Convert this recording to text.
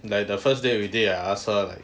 like the first day we date I ask her like